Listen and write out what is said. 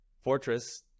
Fortress